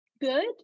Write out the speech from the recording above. good